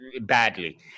badly